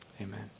amen